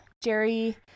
Jerry